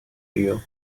you